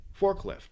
forklift